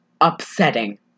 upsetting